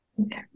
Okay